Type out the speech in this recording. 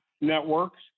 networks